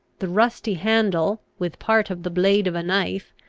the rusty handle, with part of the blade of a knife,